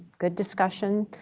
good discussion.